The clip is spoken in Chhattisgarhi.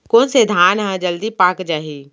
कोन से धान ह जलदी पाक जाही?